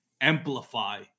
amplify